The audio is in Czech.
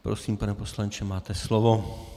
Prosím, pane poslanče, máte slovo.